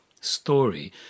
story